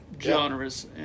genres